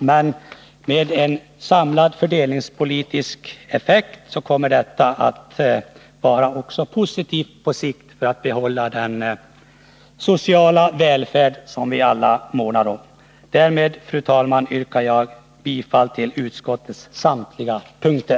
Men vid en samlad bedömning av de fördelningspolitiska effekterna finner man att detta på sikt kommer att vara positivt för att man skall kunna behålla den sociala välfärd som vi alla månar om. Därmed, fru talman, yrkar jag bifall till finansutskottets hemställan på samtliga punkter.